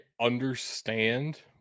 understand